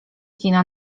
kina